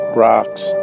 rocks